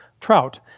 trout